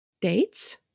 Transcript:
dates